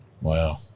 Wow